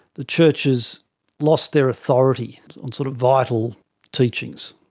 the church is lost their authority on sort of vital teachings.